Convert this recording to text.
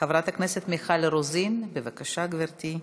חברת הכנסת מיכל רוזין, בבקשה, גברתי.